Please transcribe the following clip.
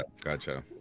Gotcha